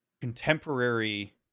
contemporary